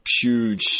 huge